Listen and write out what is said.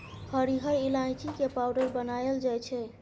हरिहर ईलाइची के पाउडर बनाएल जाइ छै